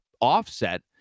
offset